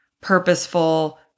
purposeful